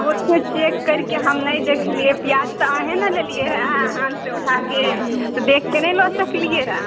ओतेक चेक करिके हम नहि देखलियै पिआज तऽअहेँ ने लेलियै रऽ हाथ से उठाके तऽ देखिके नहि लऽ सकलियै रऽ